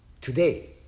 today